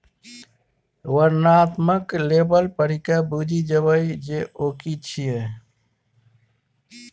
वर्णनात्मक लेबल पढ़िकए बुझि जेबही जे ओ कि छियै?